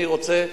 אני רוצה,